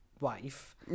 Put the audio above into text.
wife